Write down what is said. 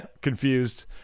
confused